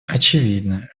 очевидно